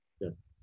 yes